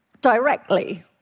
directly